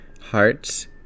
hearts